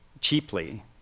cheaply